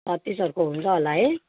छत्तिसहरूको हुन्छ होला है